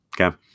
Okay